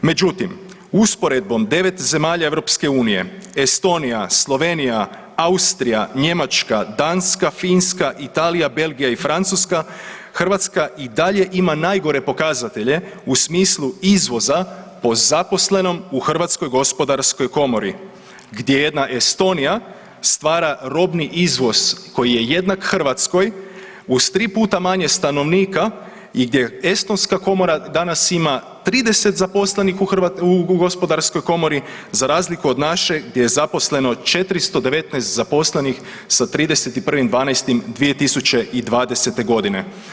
Međutim, usporedbom 9 zemalja Europske unije Estonija, Slovenija, Austrija, Njemačka, Danska, Finska, Italija, Belgija i Francuska Hrvatska i dalje ima najgore pokazatelje u smislu izvoza po zaposlenom u Hrvatskoj gospodarskoj komori, gdje jedna Estonija stvara robni izvoz koji je jednak Hrvatskoj uz tri puta manje stanovnika i gdje estonska komora danas ima 30 zaposlenih u gospodarskoj komori za razliku od naše gdje je zaposleno 419 zaposlenih sa 31. 12. 2020. godine.